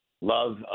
love